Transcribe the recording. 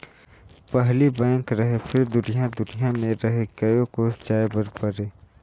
पहिली बेंक रहें फिर दुरिहा दुरिहा मे रहे कयो कोस जाय बर परे